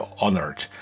honored